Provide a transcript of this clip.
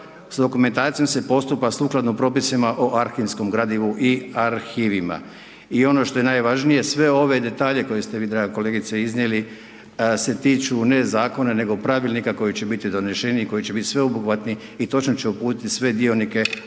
sa dokumentacijom se postupa sukladno propisima o arhivskom gradivu i arhivima. I ono što je najvažnije, sve ove detalje, koje ste vi draga kolegice iznijeli se tiče ne zakona, nego pravilnika koji će biti donesen i koji će biti sveobuhvatni i točno će uputiti sve dionike